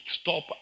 stop